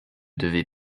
devez